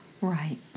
right